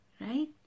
right